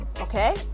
okay